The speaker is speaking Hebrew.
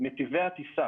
נתיבי הטיסה